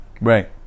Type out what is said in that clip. Right